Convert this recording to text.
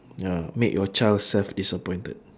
ya make your child self disappointed